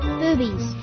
boobies